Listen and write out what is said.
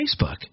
Facebook